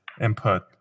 input